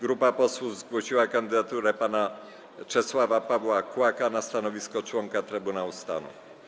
Grupa posłów zgłosiła kandydaturę pana Czesława Pawła Kłaka na stanowisko członka Trybunału Stanu.